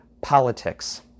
politics